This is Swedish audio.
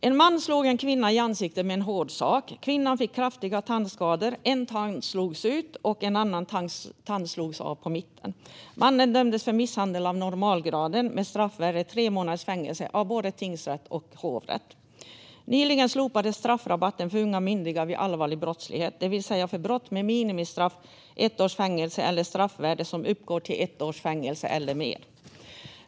Fru talman! En man slog en kvinna i ansiktet med en hård sak. Kvinnan fick kraftiga tandskador. En tand slogs ut, och en annan tand slogs av på mitten. Mannen dömdes för misshandel av normalgraden, med straffvärdet tre månaders fängelse, av både tingsrätt och hovrätt. Nyligen slopades straffrabatten för unga myndiga vid allvarlig brottslighet, det vill säga för brott med minimistraffet ett års fängelse eller ett straffvärde som uppgår till ett års fängelse eller mer.